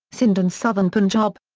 sindh and southern punjab.